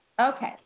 Okay